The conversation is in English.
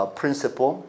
principle